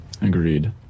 Agreed